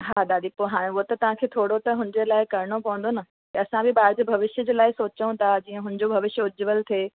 हा दादी पोइ हाणि उहो त तव्हांखे थोरो त हुनजे लाइ करणो पवंदो न की असां बि ॿार जे भविष्य जे लाइ सोचियूं था हुनजो भविष्य उज्जवल थिए